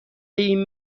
این